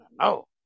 no